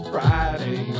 Friday